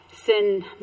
Sin